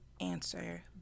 answer